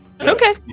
Okay